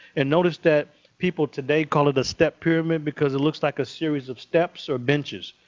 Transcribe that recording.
and notice that people today call it a step pyramid because it looks like a series of steps or benches.